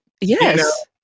Yes